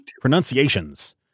pronunciations